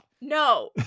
No